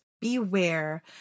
Beware